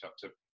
chapter